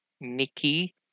Nikki